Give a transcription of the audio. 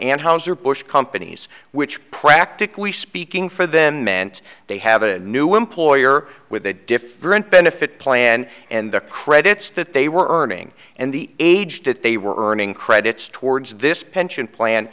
and house or bush companies which practically speaking for them meant they have a new employer with a different benefit plan and the credits that they were earning and the age that they were earning credits towards this pension plan